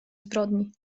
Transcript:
zbrodni